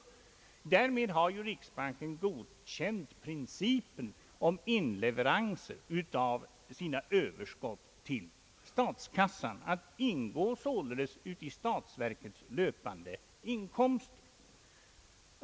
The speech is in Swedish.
Därmed har ju riksbanken godkänt principen om inleverans av sina överskott till statskassan, att ingå i statsverkets löpande inkomster.